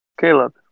Caleb